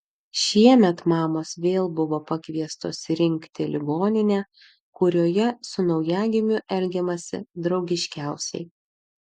šiemet mamos vėl buvo pakviestos rinkti ligoninę kurioje su naujagimiu elgiamasi draugiškiausiai